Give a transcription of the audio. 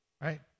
Right